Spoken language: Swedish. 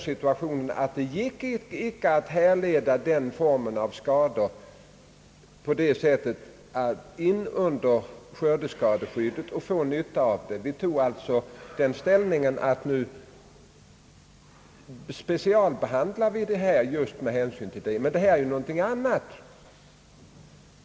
Situationen var emellertid den att det inte gick att utnyttja skördeskadeskyddet för den formen av ska dor. Vi tog alltså den ställningen att vi specialbehandlade de då aktuella skördeskadorna. Nu är det dock fråga om någonting annat.